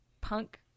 punk